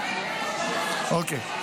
אוקיי,